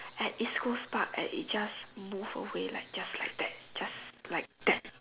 at east coast Park and it just move away like just that just like that